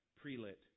pre-lit